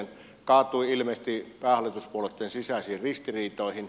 se kaatui ilmeisesti päähallituspuolueitten sisäisiin ristiriitoihin